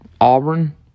Auburn